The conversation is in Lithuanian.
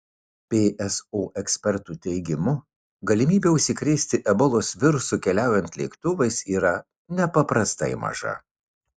pso ekspertų teigimu galimybė užsikrėsti ebolos virusu keliaujant lėktuvais yra nepaprastai maža